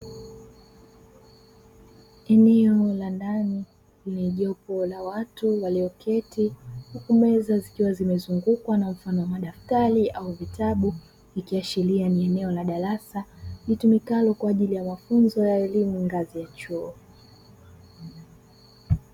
Eneo la ndani lenye jopo la watu walioketi huku meza zikiwa zimezungukwa na mfano wa madaftari au vitabu; ikiashiria ni eneo la darasa litumikalo kwa ajili ya mafunzo ya elimu ngazi ya chuo.